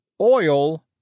Oil